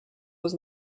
was